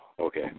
Okay